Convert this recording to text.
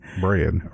bread